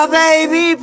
baby